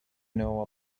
know